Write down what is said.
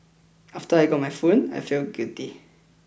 after I got my phone I felt guilty